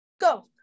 go